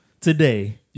today